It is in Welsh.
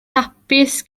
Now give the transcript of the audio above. hapus